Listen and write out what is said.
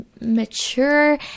mature